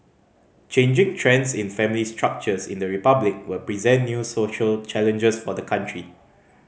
changing trends in family structures in the Republic will present new social challenges for the country